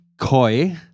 Koi